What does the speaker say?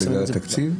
בגלל התקציב?